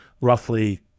roughly